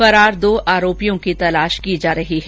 फरार दो आरोपियों की तलाश की जा रही है